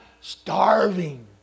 starving